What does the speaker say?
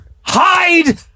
Hide